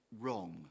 wrong